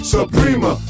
Suprema